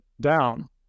down